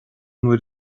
bhfuil